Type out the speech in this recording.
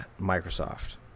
Microsoft